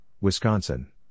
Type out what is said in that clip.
Wisconsin